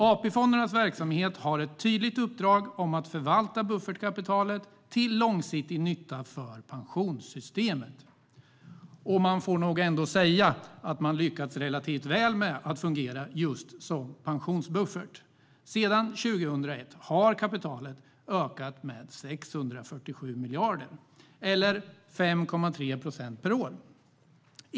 AP-fondernas verksamhet har ett tydligt uppdrag att förvalta buffertkapitalet till långsiktig nytta för pensionssystemet. Man får nog ändå säga att man lyckats relativt väl med att fungera just som pensionsbuffert - sedan 2001 har kapitalet ökat med 647 miljarder eller 5,3 procent per år.